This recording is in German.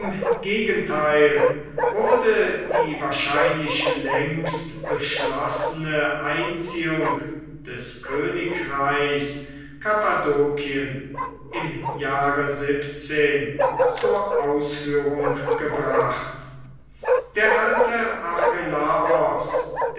gegenteil wurde die wahrscheinlich längst beschlossene einziehung des königreichs kappadokien im jahre zur ausführung gebracht der alte